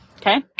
Okay